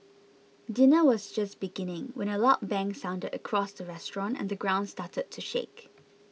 dinner was just beginning when a loud bang sounded across the restaurant and the ground started to shake